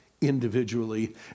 individually